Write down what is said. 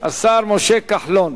השר משה כחלון.